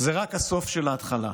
זה רק הסוף של ההתחלה.